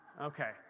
Okay